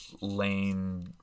lane